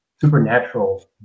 supernatural